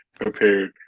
prepared